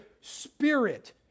spirit